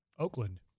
Oakland